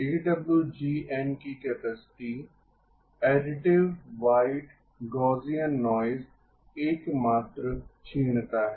AWGN की capacity additive white Gaussian noise एकमात्र क्षीणता है